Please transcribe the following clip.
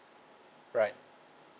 right